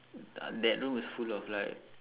that room is full of like